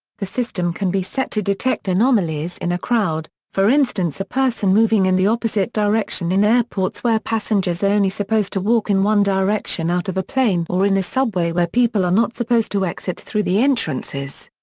the system can be set to detect anomalies in a crowd, for instance a person moving in the opposite direction in airports where passengers are only supposed to walk in one direction out of a plane or in a subway where people are not supposed to exit through the entrances.